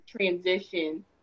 transition